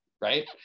right